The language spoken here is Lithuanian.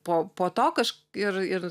po po to kažk ir ir